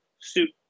suit